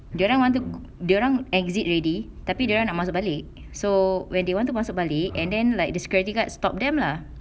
dia orang want to dia orang exit already tapi dia orang nak masuk balik so when they want to masuk balik and then like the security guard stop them lah